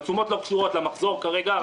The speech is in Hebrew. התשומות לא קשורות למחזור כרגע.